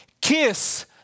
kiss